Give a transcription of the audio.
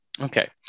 Okay